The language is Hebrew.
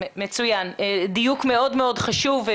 מצוין, דיוק מאוד מאוד חשוב.